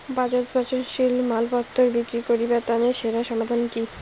বাজারত পচনশীল মালপত্তর বিক্রি করিবার তানে সেরা সমাধান কি?